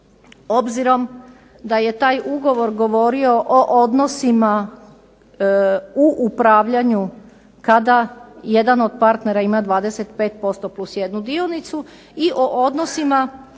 obzirom da je taj ugovor govorio o odnosima u upravljanju kada jedan od partnera ima 25% plus 1 dionicu i o odnosima